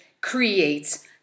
creates